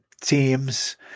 teams